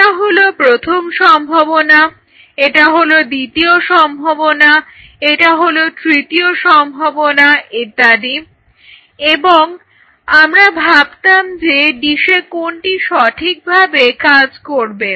এটা হলো প্রথম সম্ভাবনা এটা হলো দ্বিতীয় সম্ভাবনা এটা হলো তৃতীয় সম্ভাবনা ইত্যাদি এবং আমরা ভাবতাম যে ডিসে কোনটি সঠিকভাবে কাজ করবে